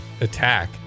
attack